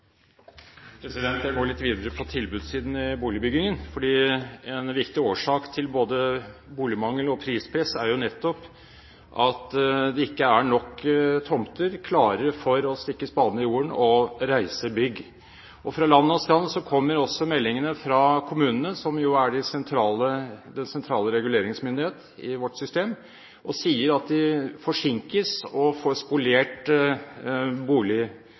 Jeg går litt videre på tilbudssiden i boligbyggingen, for en viktig årsak til både boligmangel og prispress er nettopp at det ikke er nok tomter klare, så man kan stikke spaden i jorden og reise bygg. Fra land og strand kommer meldinger fra kommunene, som jo er sentral reguleringsmyndighet i vårt system, og de sier at de forsinkes og får